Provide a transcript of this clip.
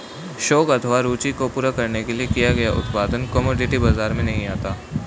शौक अथवा रूचि को पूरा करने के लिए किया गया उत्पादन कमोडिटी बाजार में नहीं आता